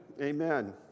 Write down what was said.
Amen